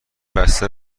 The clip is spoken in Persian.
بسته